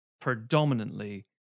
Predominantly